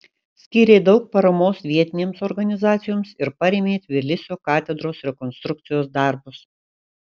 skyrė daug paramos vietinėms organizacijoms ir parėmė tbilisio katedros rekonstrukcijos darbus